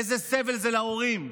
איזה סבל זה להורים.